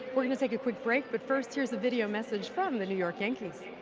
we're gonna take a quick break, but first here's the video message from the new york yankees.